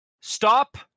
Stop